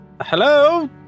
hello